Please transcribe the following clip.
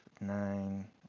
nine